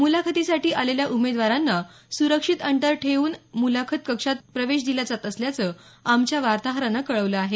मुलाखतीसाठी आलेल्या उमेदवारांना सुरक्षित अंतर ठेऊन मुलाखत कक्षात प्रवेश दिला जात असल्याचं आमच्या वार्ताहरान कळवलं आहे